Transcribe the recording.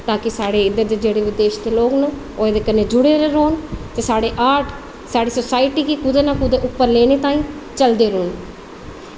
ते ताकी साढ़े इद्धर दे जेह्ड़े देश दे लोग न ओह्बी एह्दे कन्नै जुड़े दे रौहन ते साढ़े आर्ट ते साढ़ी सोसायटी गी कुदै ना कुदै उप्पर लैने ताहीं चलदे रौहन